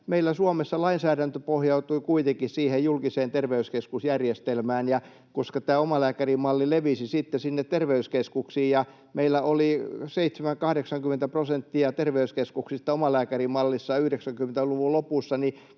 meillä Suomessa lainsäädäntö pohjautui kuitenkin siihen julkiseen terveyskeskusjärjestelmään. Koska tämä omalääkärimalli levisi sitten sinne terveyskeskuksiin ja meillä 70—80 prosenttia terveyskeskuksista oli omalääkärimallissa 90-luvun lopussa,